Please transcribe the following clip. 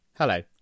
Hello